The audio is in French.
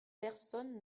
personne